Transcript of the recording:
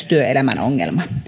työelämän ongelma